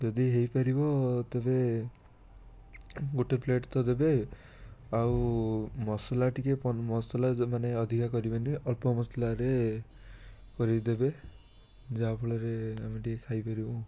ଯଦି ହେଇପାରିବ ତେବେ ଗୋଟେ ପ୍ଲେଟ୍ ତ ଦେବେ ଆଉ ମସଲା ଟିକିଏ ମସଲା ମାନେ ଅଧିକ କରିବେନି ଅଳ୍ପ ମସଲାରେ କରିକି ଦେବେ ଯାହାଫଳରେ ଆମେ ଟିକିଏ ଖାଇପାରିବୁ